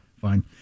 Fine